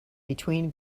between